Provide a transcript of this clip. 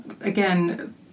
again